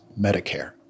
Medicare